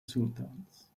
sultans